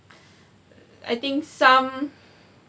I think some